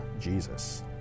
Jesus